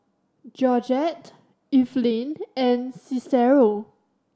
Georgette Eveline and Cicero